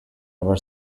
ever